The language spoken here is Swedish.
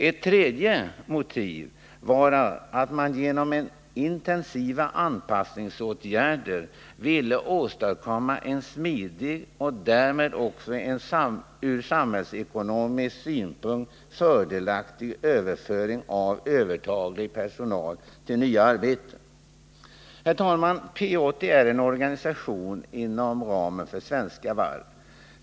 Ett tredje motiv var att man genom intensiva anpassningsåtgärder ville åstadkomma en smidig — och därmed också från samhällsekonomisk synpunkt fördelaktig — överföring av övertalig personal till nya arbeten. Herr talman! P 80 är en organisation inom ramen för Svenska Varv.